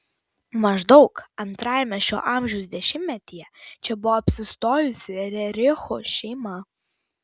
maždaug antrajame šio amžiaus dešimtmetyje čia buvo apsistojusi rerichų šeima